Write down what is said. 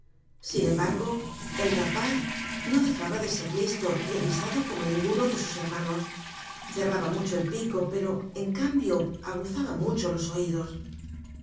sin embargo el rapaz no dejaba de ser li lo r al isado corno ninguno de us hermanos cerraba mucho el pico pero en cambio aguzaba murho los oídos